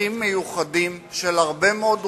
בצרכים מיוחדים של הרבה מאוד אוכלוסיות,